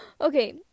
Okay